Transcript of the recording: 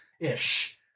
ish